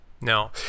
No